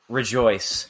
rejoice